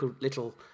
little